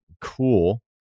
cool